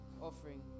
offering